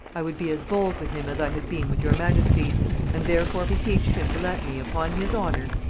i would be as bold with him as i had been with your majesty and therefore beseeched him to let me, upon his honor,